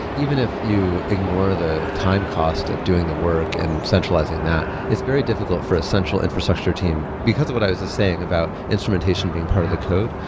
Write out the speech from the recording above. even if you ignore the time cost of doing the work and centralizing that. it's very difficult for a central infrastructure team, because of what i was saying about instrumentation being part of the code.